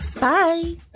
Bye